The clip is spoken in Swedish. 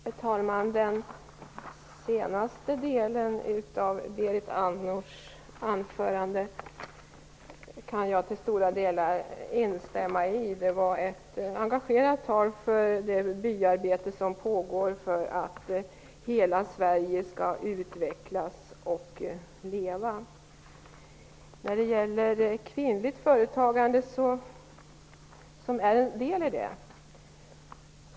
Herr talman! Jag kan till stora delar instämma i den sista delen av Berit Andnors anförande. Det var ett engagerat tal för det byaarbete som pågår för att hela Sverige skall utvecklas och leva. Kvinnligt företagande är ju en del i det.